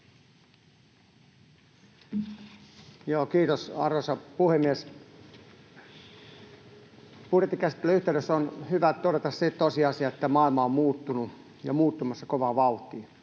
Kiitos, arvoisa puhemies! Budjettikäsittelyn yhteydessä on hyvä todeta se tosiasia, että maailma on muuttunut ja muuttumassa kovaa vauhtia.